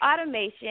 automation